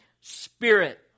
Spirit